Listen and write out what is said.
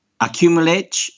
accumulate